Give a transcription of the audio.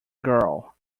girl